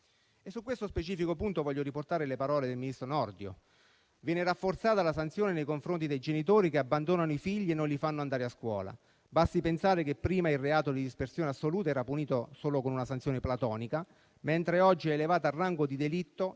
Su questo specifico punto voglio riportare le parole del ministro Nordio,